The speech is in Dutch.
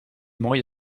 mooie